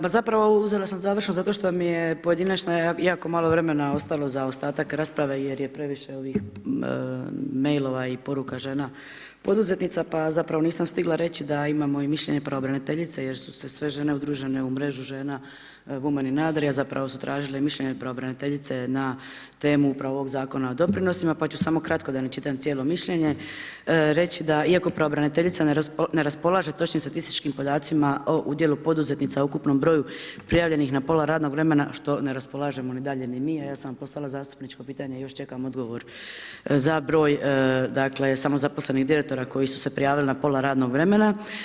Ma zapravo uzela sam završnu zato što mi je pojedinačna jako malo vremena ostalo za ostatak rasprave jer je previše ovih mailova i poruka žena poduzetnica, pa zapravo nisam stigla reći da imamo i mišljenje pravobraniteljice jer su se sve žene udružene u mrežu žena Women in Adria, zapravo su tražile mišljenje pravobraniteljice na temu upravo ovog Zakona o doprinosima, pa ću samo kratko da ne čitam cijelo mišljenje reći da iako pravobraniteljica ne raspolaže točnim statističkim podacima o udjelu poduzetnica u ukupnom broju prijavljenih na pola radnog vremena, što ne raspolažemo ni dalje ni mi, a ja sam vam postavila zastupničko pitanje, još čekam odgovor za broj, dakle, samozaposlenih direktora koji su se prijavili na pola radnog vremena.